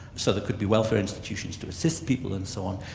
so there could be welfare institutions to assist people and so on,